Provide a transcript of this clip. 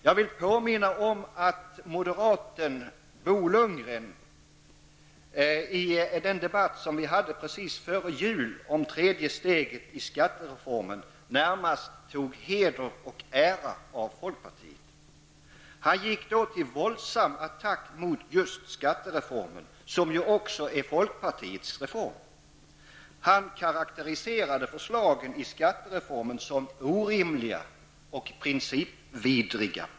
Jag vill påminna om att moderaten Bo Lundgren i den debatt vi hade precis före jul om tredje steget i skattereformen närmast tog heder och ära av folkpartiet. Han gick då till våldasm attack mot just skattereformen, som ju också är folkpartiets reform. Han karakteriserade förslagen i skattereformen som orimliga och principvidriga.